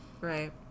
Right